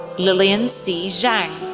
lillian c. zhang,